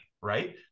right